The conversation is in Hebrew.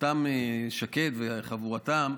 אותם שקד וחבורתם,